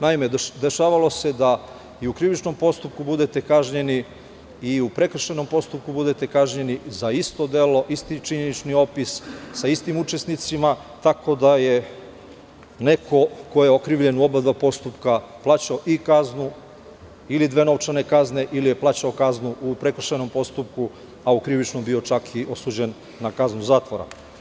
Naime, dešavalo se da i u krivičnom postupku budete kažnjeni i u prekršajnom postupku budete kažnjeni za isto delo, isti činjenični opis, sa istim učesnicima, tako da je neko ko je okrivljen u oba postupka plaćao i kaznu, ili dve novčane kazne ili je plaćao kaznu u prekršajnom postupku, a u krivičnom bio čak i osuđen na kaznu zatvora.